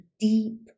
deep